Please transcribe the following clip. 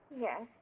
Yes